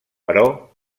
però